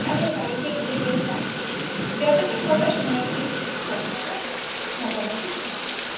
তাদের বাড়িতে গিয়ে দেখলাম যতোটা কথা শুনেছি ততটা কথা মোটামোটি ঠিকই আছে